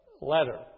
letter